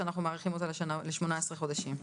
שאנחנו מאריכים אותה ל-18 חודשים.